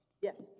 Yes